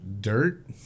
dirt